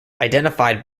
identified